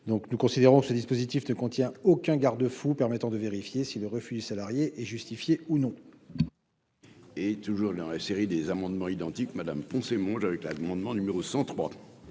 nous considérons ce dispositif ne contient aucun garde-fou permettant de vérifier si le refus du salarié est justifiée ou non. Et toujours dans la série des amendements identiques Madame poncer monde avec l'amendement numéro 103.